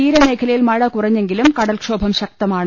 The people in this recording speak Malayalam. തീരമേഖലയിൽ മഴ കുറഞ്ഞെങ്കിലും കടൽക്ഷോഭം ശക്ത മാണ്